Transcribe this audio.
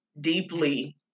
deeply